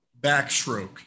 backstroke